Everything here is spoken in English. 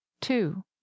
Two